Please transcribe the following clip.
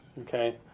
okay